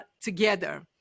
together